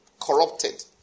corrupted